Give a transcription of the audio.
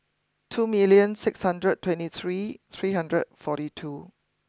two million six hundred twenty three three hundred forty two